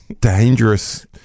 dangerous